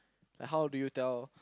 like how do you tell